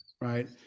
right